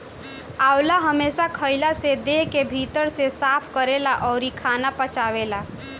आंवला हमेशा खइला से देह के भीतर से साफ़ करेला अउरी खाना पचावेला